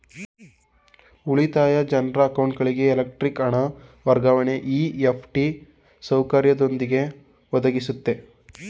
ಉಳಿತಾಯ ಜನ್ರ ಅಕೌಂಟ್ಗಳಿಗೆ ಎಲೆಕ್ಟ್ರಾನಿಕ್ ಹಣ ವರ್ಗಾವಣೆ ಇ.ಎಫ್.ಟಿ ಸೌಕರ್ಯದೊಂದಿಗೆ ಒದಗಿಸುತ್ತೆ